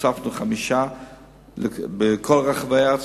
הוספנו חמש בכל רחבי הארץ